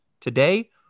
today